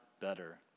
better